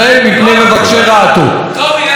תודה רבה, חבר הכנסת חנין.